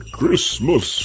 Christmas